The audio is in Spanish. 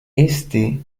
este